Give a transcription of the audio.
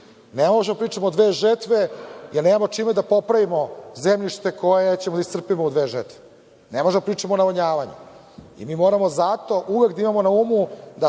Ne možemo da pričamo o dve žetve, jer nemamo čime da popravimo zemljište koje ćemo da iscrpimo u dve žetve. Ne možemo da pričamo o navodnjavanju. Moramo zato uvek da imamo na umu